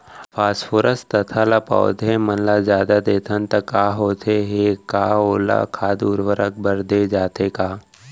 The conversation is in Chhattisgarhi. फास्फोरस तथा ल पौधा मन ल जादा देथन त का होथे हे, का ओला खाद उर्वरक बर दे जाथे का?